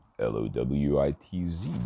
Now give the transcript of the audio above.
L-O-W-I-T-Z